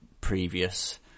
previous